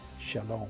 Shalom